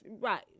Right